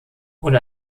und